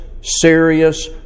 serious